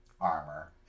armor